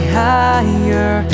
higher